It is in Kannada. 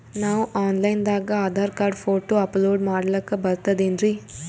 ನಾವು ಆನ್ ಲೈನ್ ದಾಗ ಆಧಾರಕಾರ್ಡ, ಫೋಟೊ ಅಪಲೋಡ ಮಾಡ್ಲಕ ಬರ್ತದೇನ್ರಿ?